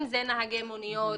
אם אלה נהגי מוניות,